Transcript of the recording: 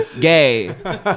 gay